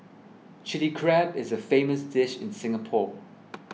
Chilli Crab is a famous dish in Singapore